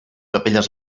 capelles